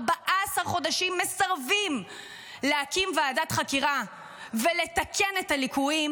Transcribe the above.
14 חודשים מסרבים להקים ועדת חקירה ולתקן את הליקויים,